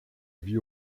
vie